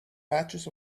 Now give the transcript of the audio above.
patches